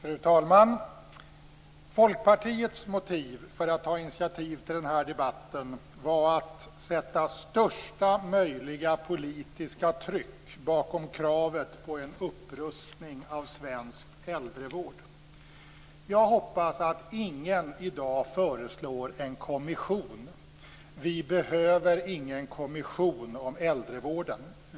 Fru talman! Folkpartiets motiv för att ta initiativ till den här debatten var att sätta största möjliga politiska tryck bakom kravet på en upprustning av svensk äldrevård. Jag hoppas att ingen i dag föreslår en kommission. Vi behöver ingen kommission om äldrevården.